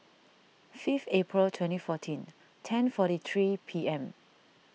fifth April twenty fourteen ten two forty three P M